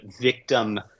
victim